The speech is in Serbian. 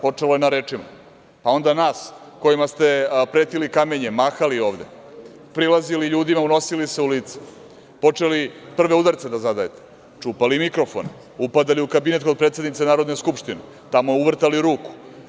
Počelo je na rečima, a onda nas kojima ste pretili kamenjem, mahali ovde, prilazili ljudima, unosili se u lice, počeli prve udarce da zadajete, čupali mikrofone, upadali u kabinet kod predsednice Narodne skupštine, tamo uvrtali ruku.